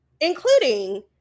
including